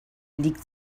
liegt